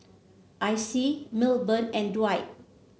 Icy Milburn and Dwight